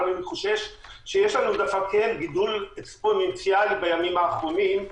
אבל אני חושש שיש לנו דווקא כן גידול אקספוננציאלי בימים האחרונים,